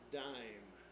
dime